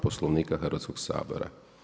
Poslovnika Hrvatskog sabora.